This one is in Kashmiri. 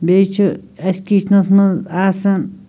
بیٚیہِ چھُ اسہِ کِچنَس منٛز آسان